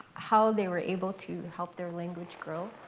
how they were able to help their language grow.